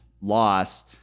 loss